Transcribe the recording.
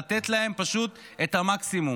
ולתת להם פשוט את המקסימום.